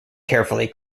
carefully